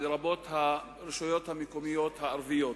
לרבות הרשויות המקומיות הערביות.